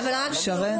--- שרן,